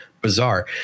bizarre